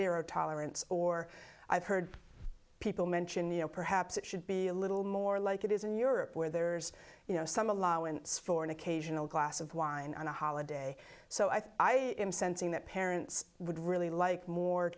zero tolerance or i've heard people mention you know perhaps it should be a little more like it is in europe where there's you know some allowance for an occasional glass of wine on a holiday so i think i am sensing that parents would really like more